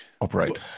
operate